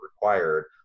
required